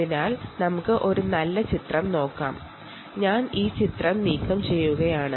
അതിനാൽ നമുക്ക് ഒരു നല്ല ഫിഗറിലൂടെ ഇത് നോക്കാം